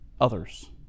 others